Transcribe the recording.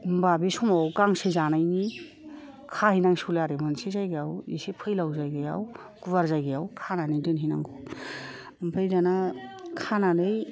होनबा बे समाव गांसो जानायनि खाहैनांसिगौलाय आरो मोनसे जायगायाव एसे फैलाव जायगायाव गुवार जायगायाव खानानै दोनहैनांगौ ओमफ्राय दाना खानानै